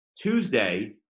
Tuesday